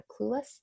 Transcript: clueless